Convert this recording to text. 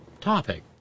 topic